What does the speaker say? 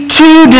two